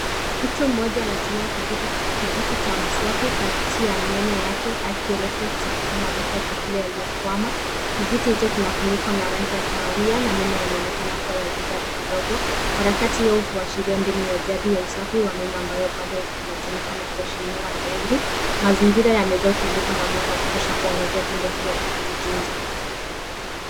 Mtu mmoja anatumia kijiti cha mswaki kati ya meno yake akielekea kusafisha mabaki ya chakula yaliyokwama. Kijiti hicho kina funiko na rangi ya kahawia na meno yanaonekana kuwa ya jano kidogo. Harakati hiyo huashiria mbinu ya jadi ya usafi wa meno ambayo bado inatumika na kuheshimiwa na wengi. Mazingira yamejaa utulivu na mwanga wa kutosha kuangazia tendo hilo la kujitunza.